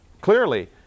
clearly